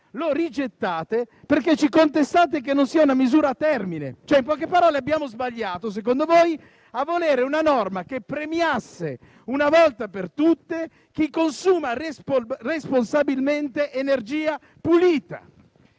la proposta, perché ci contestate il fatto che non è una misura a termine. In poche parole abbiamo sbagliato, secondo voi, a volere una norma che premiasse una volta per tutte chi consuma responsabilmente energia pulita.